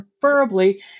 preferably